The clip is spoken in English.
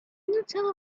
tell